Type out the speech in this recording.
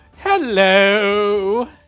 Hello